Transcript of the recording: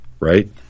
right